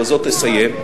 ובזאת אסיים,